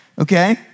Okay